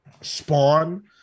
Spawn